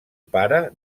pare